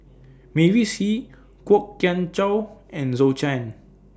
Mavis Hee Kwok Kian Chow and Zhou Can